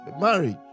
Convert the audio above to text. marriage